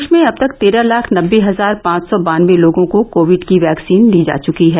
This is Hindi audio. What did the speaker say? देश में अब तक तेरह लाख नबे हजार पांच सौ बानवे लोगों को कोविड की वैक्सीन दी जा चुकी है